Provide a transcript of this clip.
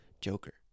Joker